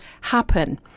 happen